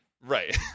Right